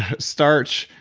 ah starch.